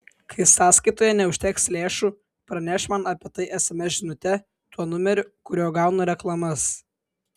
kai sąskaitoje neužteks lėšų praneš man apie tai sms žinute tuo numeriu kuriuo gaunu reklamas